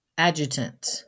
Adjutant